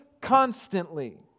constantly